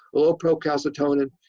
a low procalcitonin